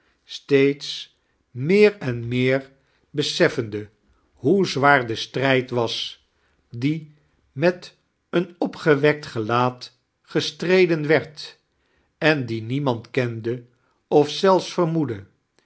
steeds meer en noser beseffende hoe zwaar de stirijd was die met een opgewetkt gelaat gesitireden werd en dien niemand kende of zelfs varmioeddie